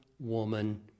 woman